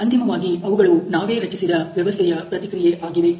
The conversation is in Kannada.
ಅಂತಿಮವಾಗಿ ಅವುಗಳು ನಾವೇ ರಚಿಸಿದ ವ್ಯವಸ್ಥೆಯ ಪ್ರತಿಕ್ರಿಯೆ ಆಗಿವೆ